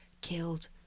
killed